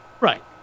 Right